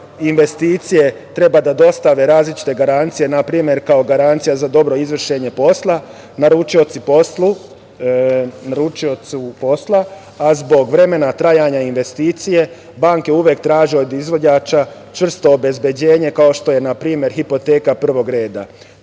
investicije treba da dostave različite garancije, na primer kao garancija za dobro izvršenje posla, naručiocu posla, a zbog vremena trajanja investicije, banke uvek traže od izvođača čvrsto obezbeđenje kao što je na primer hipoteka prvog reda.